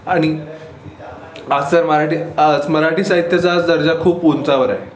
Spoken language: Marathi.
आणि आजचा मराठी आज मराठी साहित्याचा आज दर्जा खूप उंचावर आहे